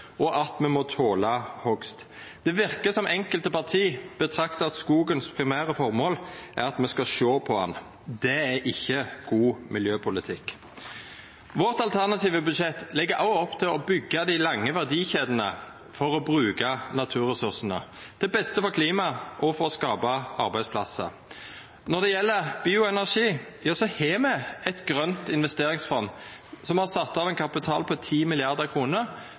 og at me må tola hogst. Det verkar som om enkelte parti meiner at det primære formålet med skogen er at me skal sjå på han. Det er ikkje god miljøpolitikk. Vårt alternative budsjett legg òg opp til å byggja dei lange verdikjedene for å bruka naturressursane – til beste for klimaet og for å skapa arbeidsplassar. Når det gjeld bioenergi, har me eit grønt investeringsfond som har sett av ein kapital på